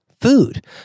food